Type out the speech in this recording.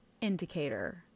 indicator